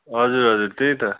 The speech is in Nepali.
हजुर हजुर त्यही त